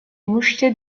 moucheté